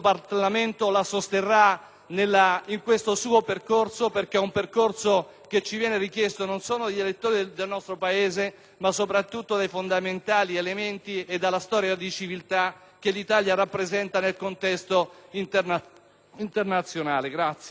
nel suo percorso, perché ci viene richiesto non solo dagli elettori del nostro Paese, ma soprattutto dai fondamentali elementi e della storia di civiltà che l'Italia rappresenta nel contesto internazionale.